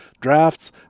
drafts